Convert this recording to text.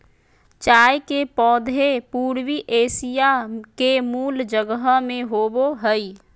चाय के पौधे पूर्वी एशिया के मूल जगह में होबो हइ